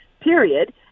period